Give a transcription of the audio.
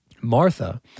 Martha